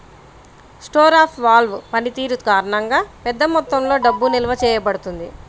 store of value పనితీరు కారణంగా, పెద్ద మొత్తంలో డబ్బు నిల్వ చేయబడుతుంది